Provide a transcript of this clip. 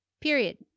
Period